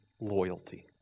loyalty